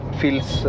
feels